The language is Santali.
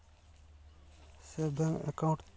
ᱥᱮ ᱵᱮᱝᱠ ᱮᱠᱟᱣᱩᱱᱴ